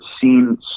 seen